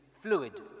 fluid